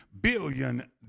billion